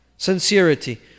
Sincerity